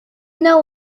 know